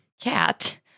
Cat